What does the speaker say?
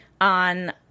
on